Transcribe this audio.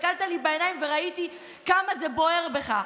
הסתכלת לי בעיניים, וראיתי כמה זה בוער בך.